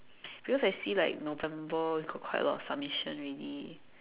because I see like November we got quite a lot submission already